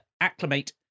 acclimate